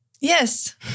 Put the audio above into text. Yes